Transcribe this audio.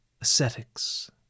ascetics